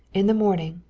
in the morning,